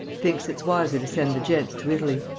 thinks it wiser to send the gents to italy.